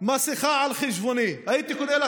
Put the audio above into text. מסכה על חשבוני.